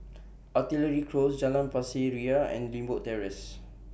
Artillery Close Jalan Pasir Ria and Limbok Terrace